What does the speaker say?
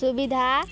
ସୁବିଧା